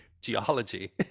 geology